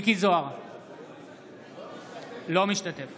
אינו משתתף